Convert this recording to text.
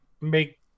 make